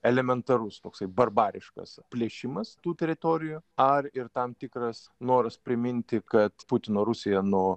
elementarus toksai barbariškas plėšimas tų teritorijų ar ir tam tikras noras priminti kad putino rusija no